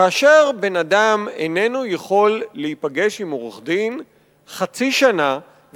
כאשר אדם אינו יכול להיפגש עם עורך-דין חצי שנה,